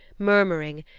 murmuring,